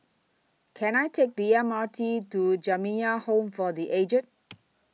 Can I Take The M R T to Jamiyah Home For The Aged